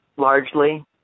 Largely